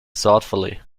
thoughtfully